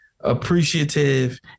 appreciative